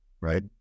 right